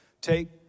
Take